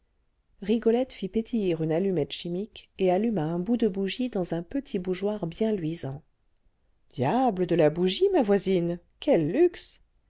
rigolette fit pétiller une allumette chimique et alluma un bout de bougie dans un petit bougeoir bien luisant diable de la bougie ma voisine quel luxe